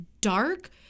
dark